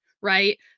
right